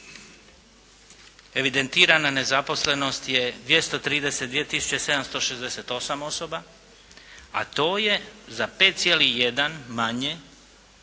evidentirana nezaposlenost je 2768 osoba, a to je za 5,1 manje